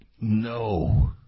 no